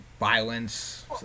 Violence